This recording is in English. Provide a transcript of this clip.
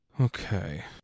Okay